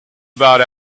about